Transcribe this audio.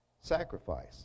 sacrifice